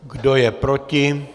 Kdo je proti?